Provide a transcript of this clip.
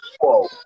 whoa